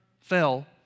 fell